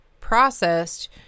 processed